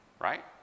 right